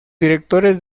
directores